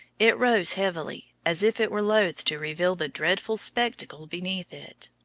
it rose heavily, as if it were loath to reveal the dreadful spectacle beneath it.